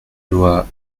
loi